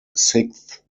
sixth